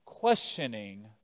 Questioning